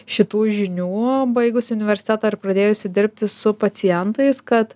šitų žinių baigusi universitetą ir pradėjusi dirbti su pacientais kad